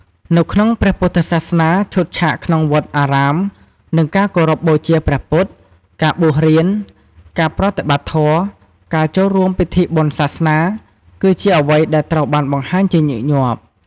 នៅក្នុងព្រះពុទ្ធសាសនា ឈុតឆាកក្នុងវត្តអារាម នឹងការគោរពបូជាព្រះពុទ្ធ ការបួសរៀន ការប្រតិបត្តិធម៌ ការចូលរួមពិធីបុណ្យសាសនា គឺជាអ្វីដែលត្រូវបានបង្ហាញជាញឹកញាប់។